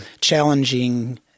challenging